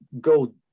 go